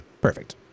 perfect